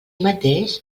mateix